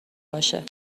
باشه